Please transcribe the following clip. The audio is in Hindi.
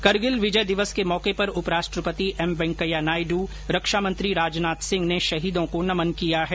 करगिल विजय दिवस के मौके पर उप राष्ट्रपति एम वैंकेया नायडु रक्षा मंत्री राजनाथ सिंह ने शहीदों को नमन किया है